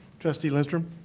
trustee lindstrom?